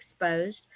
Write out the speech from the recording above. exposed